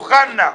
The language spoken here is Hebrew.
אוחנה,